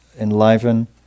enliven